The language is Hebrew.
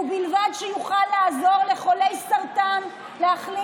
ובלבד שיוכל לעזור לחולי סרטן להחלים